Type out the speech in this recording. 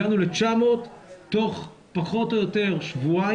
הגענו ל-900 תוך פחות או יותר שבועיים.